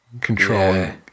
controlling